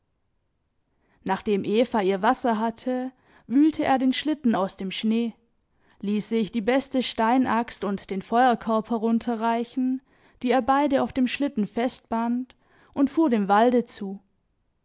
nachdem eva ihr wasser hatte wühlte er den schlitten aus dem schnee ließ sich die beste steinaxt und den feuerkorb herunterreichen die er beide auf dem schlitten festband und fuhr dem walde zu